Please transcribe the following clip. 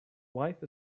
wife